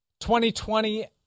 2020